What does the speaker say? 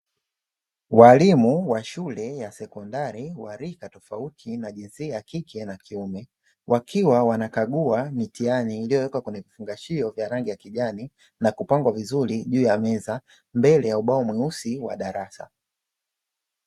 Walimu wa shule ya sekondari wa rika tofauti na jinsia ya kike na kiume. Wakiwa wanakagua mitihani iliyowekwa kwenye vifungashio vya rangi ya kijani na kupangwa vizuri juu ya meza mbele ya ubao mweusi wa darasa.